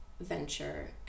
venture